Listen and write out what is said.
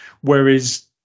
whereas